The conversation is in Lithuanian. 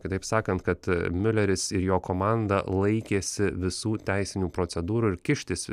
kitaip sakant kad miuleris ir jo komanda laikėsi visų teisinių procedūrų ir kištis